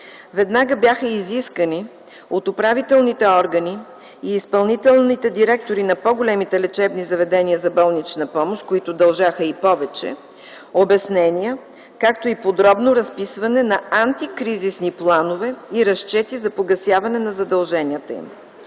Веднага бяха изискани от управителните органи и изпълнителните директори на по-големите лечебни заведения за болнична помощ, които дължаха и повече, обяснения, както и подробно разписване на антикризисни планове и разчети за погасяване на задълженията им.